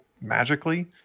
magically